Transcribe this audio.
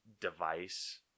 device